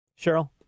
Cheryl